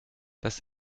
das